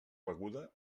beguda